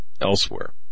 elsewhere